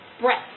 breath